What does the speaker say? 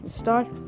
start